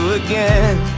again